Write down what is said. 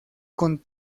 con